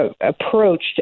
approached